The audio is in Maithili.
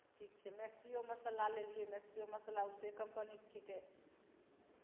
ठीक छै मैक्सिओ मसाला लेलियै मैक्सिओ मसाला ऊषे कंपनीके छिकै